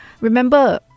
remember